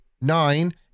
nine